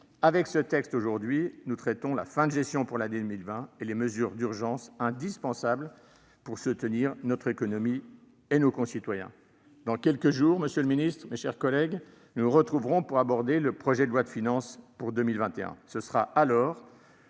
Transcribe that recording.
Avec ce texte, aujourd'hui, nous traitons la fin de gestion pour l'année 2020 et les mesures d'urgence indispensables pour soutenir notre économie et nos concitoyens. Dans quelques jours, monsieur le ministre, mes chers collègues, nous nous retrouverons pour aborder l'examen du projet de loi de finances pour 2021.